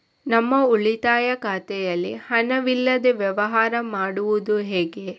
ನಮ್ಮ ಉಳಿತಾಯ ಖಾತೆಯಲ್ಲಿ ಹಣವಿಲ್ಲದೇ ವ್ಯವಹಾರ ಮಾಡುವುದು ಹೇಗೆ?